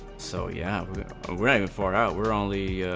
so yeah ah drive for our only